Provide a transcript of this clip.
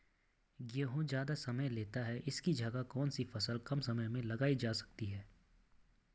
गेहूँ ज़्यादा समय लेता है इसकी जगह कौन सी फसल कम समय में लीटर जा सकती है?